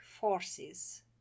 forces